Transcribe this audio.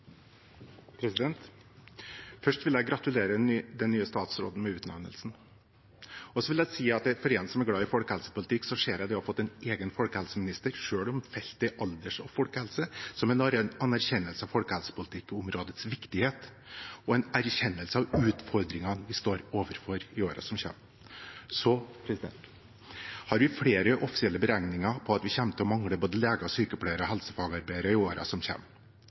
flytte. Først vil jeg gratulere den nye statsråden med utnevnelsen. Så vil jeg si at for meg, som er glad i folkehelsepolitikk, ser jeg det å ha fått en egen folkehelseminister, selv om feltet er alders- og folkehelse, som en anerkjennelse av folkehelsepolitikkområdets viktighet og en erkjennelse av utfordringene vi står overfor i årene som kommer. Vi har flere offisielle beregninger på at vi kommer til å mangle både leger, sykepleiere og helsefagarbeidere i årene som